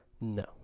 No